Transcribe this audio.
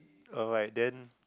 oh right then